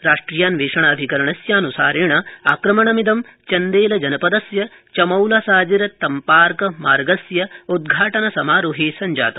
राष्ट्रिय अन्वेषण अभिकरणस्यन्सारेण आक्रमणमिंद चन्देल जनपदस्य चमौल साजिर तम्पार्क मार्गस्य उदघाटन समारोहे सञ्जातम्